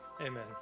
amen